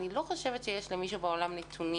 אני לא חושבת שיש למישהו בעולם נתונים